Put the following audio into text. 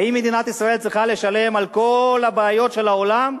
האם מדינת ישראל צריכה לשלם על כל הבעיות של העולם?